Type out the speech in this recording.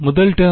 முதல் டேர்ம்